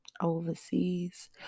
Overseas